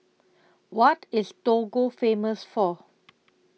What IS Togo Famous For